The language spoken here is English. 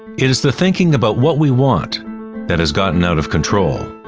it is the thinking about what we want that has gotten out of control.